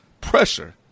pressure